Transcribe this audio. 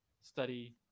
study